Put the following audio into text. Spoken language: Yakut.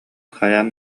хайаан